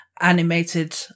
animated